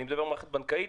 אני מדבר על המערכת הבנקאית,